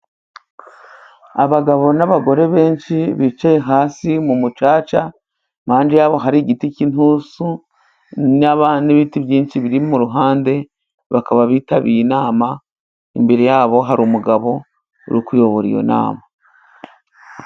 Abagabo n'abagore benshi bicaye hasi mu mucaca impande yabo hari igiti k'intusi, n'ibiti byinshi biri mu ruhande. Bakaba bitabiriye inama, imbere yabo hari umugabo uri kuyobora iyo nama.